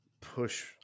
push